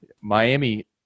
Miami